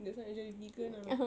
that's why nak jadi vegan ah